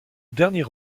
dernier